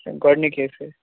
گۄڈنِکے پھیٖرِ